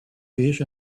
beige